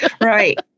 Right